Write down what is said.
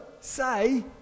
say